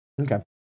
Okay